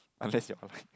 unless you are like